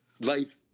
life